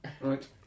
Right